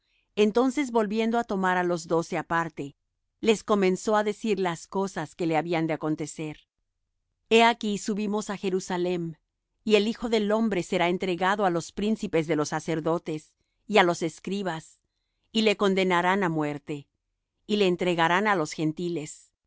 entonces volviendo á tomar á los doce aparte les comenzó á decir las cosas que le habían de acontecer he aquí subimos á jerusalem y el hijo del hombre será entregado á los principes de los sacerdotes y á los escribas y le condenarán á muerte y le entregarán á los gentiles